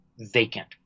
vacant